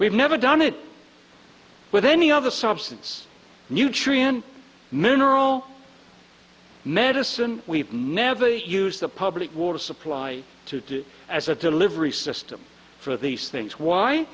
we've never done it with any other substance nutrient mineral medicine we've never used the public water supply to as a delivery system for these things why